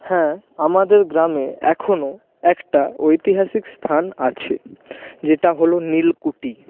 হ্যাঁ আমাদের গ্রামে এখনও একটা ঐতিহাসিক স্থান আছে যেটা হলো নীলকুঠি